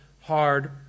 hard